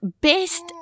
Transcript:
best